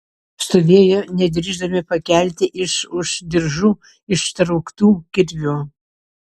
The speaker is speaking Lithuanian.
stovėjo nedrįsdami pakelti iš už diržų ištrauktų kirvių